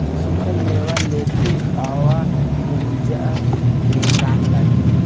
सुखल मेवा लेते आव पूजा में काम लागी